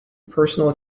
personal